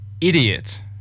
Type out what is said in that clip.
Idiot